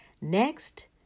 Next